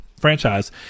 franchise